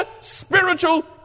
spiritual